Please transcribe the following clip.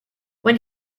when